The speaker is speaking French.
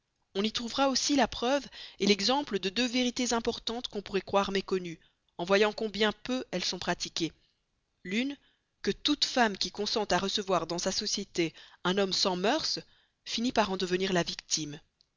on y trouvera aussi la preuve et l'exemple de deux vérités importantes qu'on pourrait croire méconnues en voyant combien peu elles sont pratiquées l'une que toute femme qui consent à recevoir dans sa société un homme sans mœurs finit par en devenir la victime